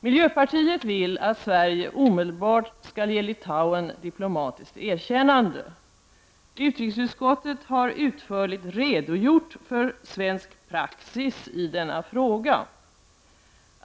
Miljöpartiet vill att Sverige omedelbart skall ge Litauen diplomatiskt erkännande. Utrikesutskottet har utförligt redogjort för svensk praxis i denna fråga.